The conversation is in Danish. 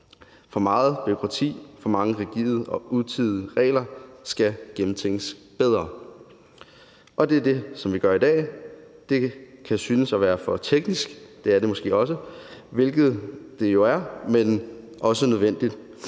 For meget bureaukrati og mange rigide og utidige regler skal gennemtænkes bedre, og det er det, som vi gør i dag. Det kan synes at være for teknisk, hvilket det måske også er, men det er også nødvendigt,